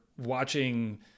watching